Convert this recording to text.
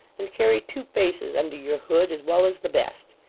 and carry two faces under your hood, as well as the best.